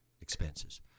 expenses